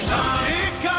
Sonic